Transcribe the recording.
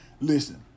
listen